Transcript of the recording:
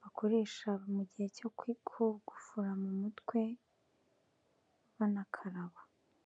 bakoresha mu gihe cyo gufura mu mutwe, banakaraba.